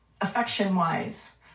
affection-wise